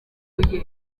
muri